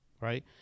right